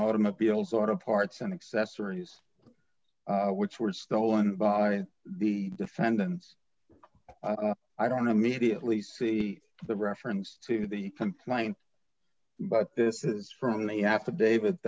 automobiles auto parts and accessories which were stolen by the defendants i don't immediately see the reference to the complaint but this is from the affidavit